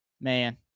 Man